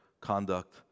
conduct